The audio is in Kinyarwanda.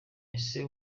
ese